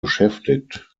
beschäftigt